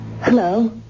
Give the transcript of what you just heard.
Hello